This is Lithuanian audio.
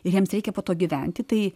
ir jiems reikia po to gyventi tai